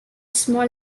small